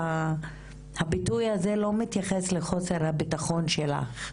הביטוי הזה לא מתייחס לחוסר הביטחון שלך,